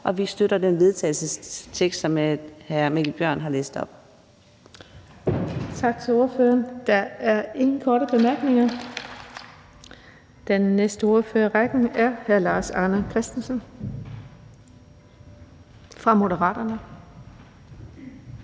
og vi støtter den vedtagelsestekst, som hr. Mikkel Bjørn har læst op. Kl. 18:02 Den fg. formand (Birgitte Vind): Tak til ordføreren. Der er ingen korte bemærkninger. Den næste ordfører i rækken er hr. Lars Arne Christensen fra Moderaterne.